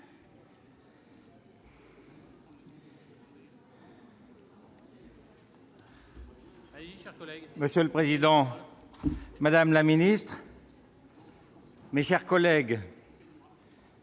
Monsieur le président, madame la ministre, mes chers collègues,